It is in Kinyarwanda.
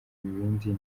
ibindi